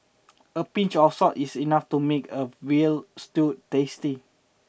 a pinch of salt is enough to make a veal stew tasty